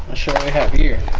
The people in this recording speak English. i have here